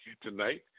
tonight